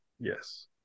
Yes